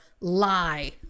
lie